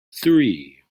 three